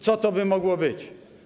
Co to by mogło być?